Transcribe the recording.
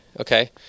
Okay